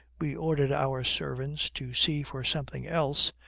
we ordered our servants to see for something else,